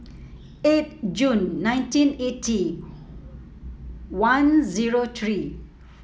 eight June nineteen eighty one zero three